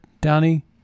Downey